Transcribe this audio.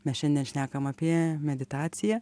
mes šiandien šnekam apie meditaciją